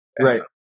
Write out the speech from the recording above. Right